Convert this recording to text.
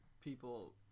people